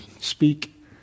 speak